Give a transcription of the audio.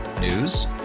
News